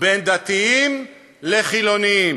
בין דתיים לחילונים,